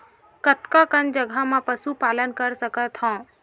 कतका कन जगह म पशु पालन कर सकत हव?